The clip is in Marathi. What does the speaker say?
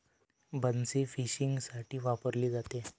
बन्सी फिशिंगसाठी वापरली जाते